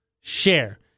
share